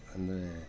ಅಂದ್ರೆ